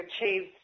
achieved